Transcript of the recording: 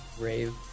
rave